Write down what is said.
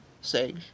sage